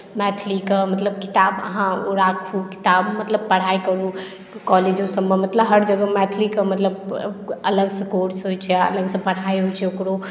मैथिलीके मतलब किताब अहाँ ओ राखू किताब मतलब पढ़ाइ करू कॉलेजोसभमे मतलब हर जगह मैथिलीके मतलब अलगसँ कोर्स होइत छै अलगसँ पढ़ाइ होइत छै ओकरो